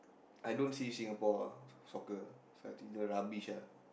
I don't see Singapore soccer cause I think they're rubbish lah